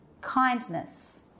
kindness